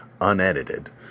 Unedited